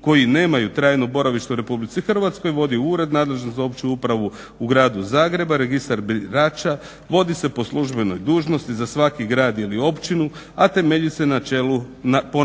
koji nemaju trajno boravište u RH vodi ured nadležan za opću upravu u Gradu Zagrebu, a registar birača vodi se po službenoj dužnosti za svaki grad ili općinu a temelji se na